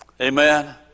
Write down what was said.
Amen